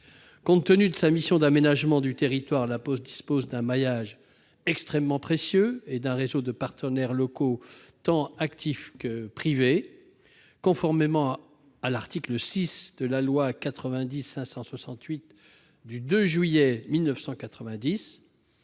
Compte tenu de sa mission d'aménagement du territoire, La Poste dispose d'un maillage extrêmement précieux et d'un réseau de partenaires locaux tant publics que privés. Conformément à l'article 6 de la loi du 2 juillet 1990